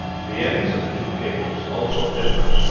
the ends of the two cables also differ.